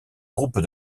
groupe